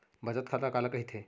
बचत खाता काला कहिथे?